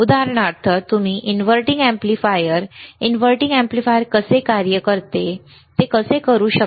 उदाहरणार्थ तुम्ही inverting amplifier inverting amplifier कसे कार्य करते ते करू शकता